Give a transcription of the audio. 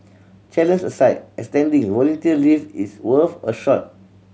challenge aside extending volunteer leave is worth a shot